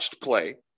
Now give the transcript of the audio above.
play